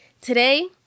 today